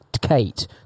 Kate